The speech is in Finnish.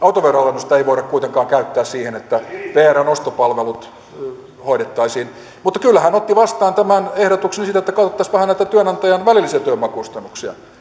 autoveroalennusta ei voida kuitenkaan käyttää siihen että vrn ostopalvelut hoidettaisiin mutta kyllä hän otti vastaan tämän ehdotukseni siitä että katsottaisiin vähän näitä työnantajan välillisiä työvoimakustannuksia